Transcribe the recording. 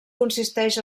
consisteix